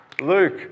Luke